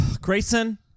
Grayson